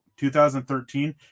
2013